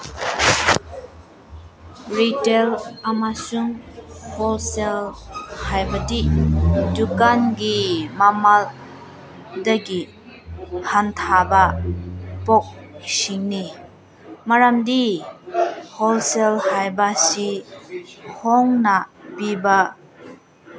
retail ꯑꯃꯁꯨꯡ wholesale ꯍꯥꯏꯕꯗꯤ ꯗꯨꯀꯥꯟꯒꯤ ꯃꯃꯜ ꯗꯒꯤ ꯍꯟꯊꯕ ꯄꯣꯠꯁꯤꯡꯅꯤ ꯃꯔꯝꯗꯤ ꯍꯣꯜꯁꯦꯜ ꯍꯥꯏꯕꯁꯤ ꯍꯣꯡꯅ ꯄꯤꯕ